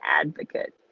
advocate